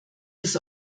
das